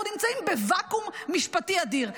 אנחנו נמצאים בוואקום משפטי אדיר.